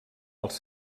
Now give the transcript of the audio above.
als